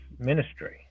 ministry